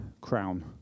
crown